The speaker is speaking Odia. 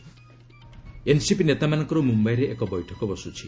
ଏନ୍ସିପି ନେତାମାନଙ୍କର ମ୍ରମ୍ଭାଇରେ ଏକ ବୈଠକ ବସ୍ରଛି